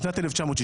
בשנת 1960